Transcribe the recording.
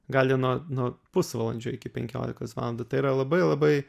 gali nuo nuo pusvalandžio iki penkiolikos valandų tai yra labai labai